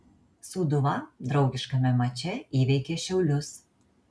sūduva draugiškame mače įveikė šiaulius